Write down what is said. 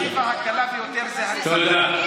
האלטרנטיבה הקלה ביותר זה הריסת בתים.